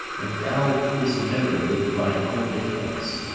and thou dismemb'red with thine own defence.